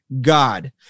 God